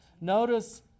notice